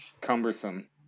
cumbersome